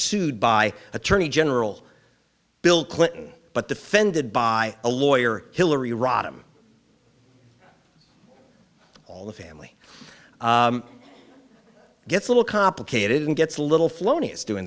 sued by attorney general bill clinton but defended by a lawyer hillary rodham all the family gets a little complicated and gets a little flown is doing